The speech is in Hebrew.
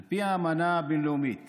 על פי האמנה הבין-לאומית